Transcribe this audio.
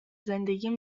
زندگیم